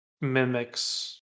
mimics